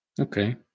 Okay